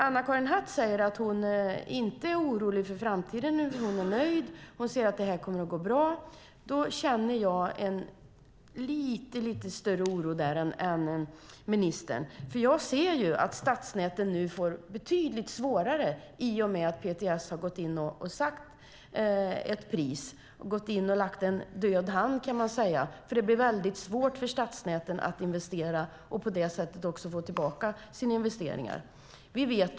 Anna-Karin Hatt säger att hon inte är orolig för framtiden. Hon är nöjd. Hon säger att det här kommer att gå bra. Jag känner en lite större oro än ministern, för jag ser att stadsnäten nu får det betydligt svårare i och med att PTS har gått in och sagt ett pris, gått in och lagt en död hand över detta, kan man säga. Det blir väldigt svårt för stadsnäten att investera och på det sättet också få tillbaka sina investeringar.